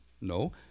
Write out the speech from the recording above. No